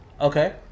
okay